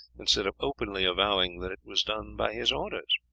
instead of openly avowing that it was done by his orders.